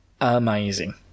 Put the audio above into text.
amazing